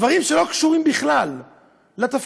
דברים שלא קשורים בכלל לתפקיד,